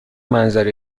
منظره